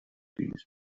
these